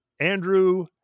Andrew